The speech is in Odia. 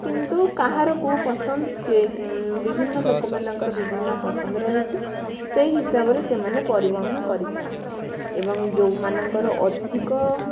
କିନ୍ତୁ କାହାର କେଉଁ ପସନ୍ଦ କିଏ ବିଭିନ୍ନ ଲୋକମାନଙ୍କର ବିଭିନ୍ନ ପସନ୍ଦ ରହିଛି ସେହି ହିସାବରେ ସେମାନେ ପରିବହନ କରିଥାନ୍ତି ଏବଂ ଯେଉଁମାନଙ୍କର ଅଧିକ